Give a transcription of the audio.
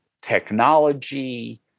technology